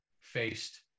faced